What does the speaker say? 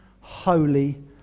holy